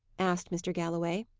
asked mr. galloway.